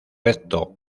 recto